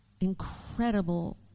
incredible